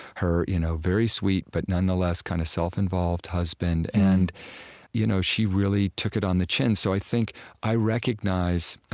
her you know very sweet but nonetheless kind of self-involved husband. and you know she really took it on the chin. so i think i recognize,